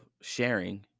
sharing